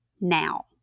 now